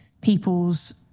people's